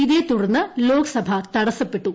ഇതേത്തുടർന്ന് ലോക്സഭ തടസ്സപ്പെട്ടു